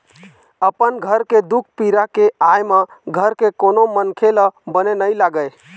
अपन घर के दुख पीरा के आय म घर के कोनो मनखे ल बने नइ लागे